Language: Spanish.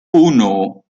uno